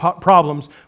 problems